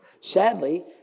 Sadly